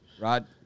Rod